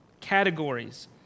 categories